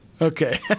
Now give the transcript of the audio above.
okay